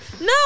no